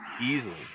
Easily